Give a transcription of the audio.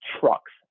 trucks